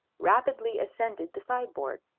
rapidly ascended the sideboard.